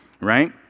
right